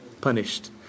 punished